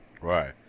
Right